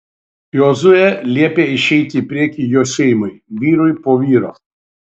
jozuė liepė išeiti į priekį jo šeimai vyrui po vyro